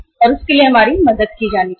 और उसके लिए हमारी मदद की जानी चाहिए